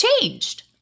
changed